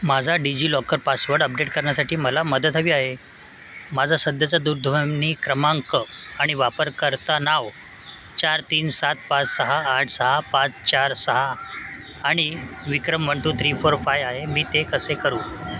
माझा DigiLocker password update करणयासाठी मला मदत हवी आहे माझा सध्याचा दररध्वनी क्रमांक आणि वापरकर्ता नाव चार तीन सात पाच सहा आठ सहा पाच चार सहा आणि Vikram one two three four five आहे मी ते कसे करू